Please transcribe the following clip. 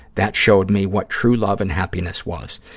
that showed me what true love and happiness was,